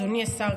אדוני השר,